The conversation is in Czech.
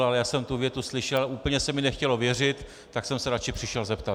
Ale já jsem tu větu slyšel a úplně se mi nechtělo věřit, tak jsem se radši přišel zeptat.